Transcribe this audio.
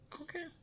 Okay